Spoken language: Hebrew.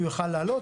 הוא יוכל לעלות.